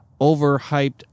overhyped